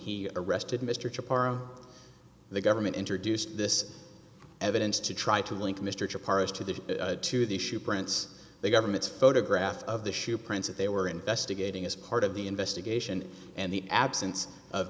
he arrested mr parra the government introduced this evidence to try to link mr parr is to the to the shoe prints the government's photograph of the shoe prints that they were investigating as part of the investigation and the absence of